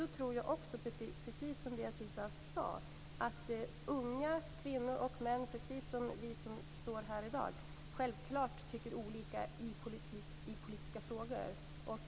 Då tror jag att, precis som Beatrice Ask sade, unga kvinnor och män självklart tycker olika i politiska frågor, precis som vi som står här i dag.